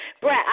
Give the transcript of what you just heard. Brett